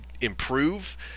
improve